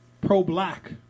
pro-black